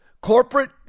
Corporate